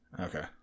Okay